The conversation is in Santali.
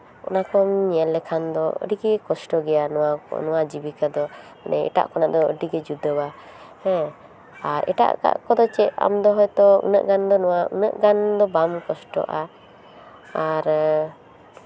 ᱚᱱᱟ ᱠᱚᱢ ᱧᱮᱞ ᱞᱮᱠᱷᱟᱱ ᱫᱚ ᱟᱹᱰᱤ ᱜᱮ ᱠᱚᱥᱴᱚ ᱜᱮᱭᱟ ᱱᱚᱣᱟ ᱠᱚ ᱱᱚᱣᱟ ᱡᱤᱵᱤᱠᱟ ᱫᱚ ᱢᱟᱱᱮ ᱮᱴᱟᱜ ᱠᱷᱚᱱᱟᱜ ᱫᱚ ᱟᱹᱰᱤ ᱜᱮ ᱡᱩᱫᱟᱹᱣᱟ ᱦᱮᱸ ᱟᱨ ᱮᱴᱟᱜ ᱮᱴᱟᱜ ᱠᱚᱫᱚ ᱪᱮᱫ ᱟᱢ ᱫᱚ ᱦᱚᱭᱛᱳ ᱩᱱᱟᱹᱜ ᱜᱟᱱ ᱫᱚ ᱱᱚᱣᱟ ᱩᱱᱟᱹᱜ ᱜᱟᱱ ᱫᱚ ᱵᱟᱢ ᱠᱚᱥᱴᱚᱜᱼᱟ ᱟᱨ